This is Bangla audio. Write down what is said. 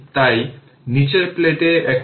তাই q t c v t লিখুন